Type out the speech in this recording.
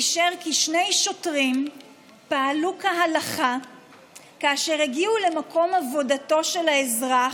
אישר כי שני שוטרים פעלו כהלכה כאשר הגיעו למקום עבודתו של האזרח,